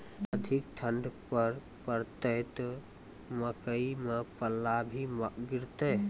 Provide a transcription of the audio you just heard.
अधिक ठंड पर पड़तैत मकई मां पल्ला भी गिरते?